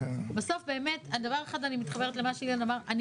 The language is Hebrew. בסוף באמת על דבר אחד אני מתחברת למה שאילן אמר,